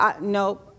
no